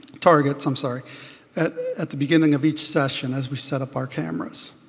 targets i'm sorry at at the beginning of each session as we set up our cameras.